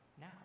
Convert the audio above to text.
now